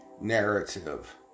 narrative